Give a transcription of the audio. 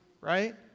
Right